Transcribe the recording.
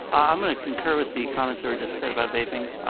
i'm gonna concur with the comments that were just said about vaping.